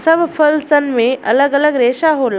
सब फल सन मे अलग अलग रेसा होला